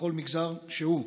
בכל מגזר שהוא.